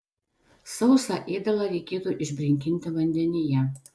sausą ėdalą reikėtų išbrinkinti vandenyje